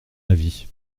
avis